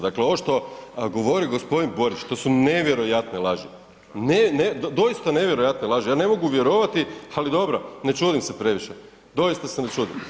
Dakle ovo što govori gospodin Borić to su nevjerojatne laži, ne, doista nevjerojatne laži, ja ne mogu vjerovati ali dobro ne čudim se previše, doista se ne čudim.